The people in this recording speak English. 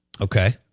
Okay